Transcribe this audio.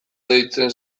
deitzen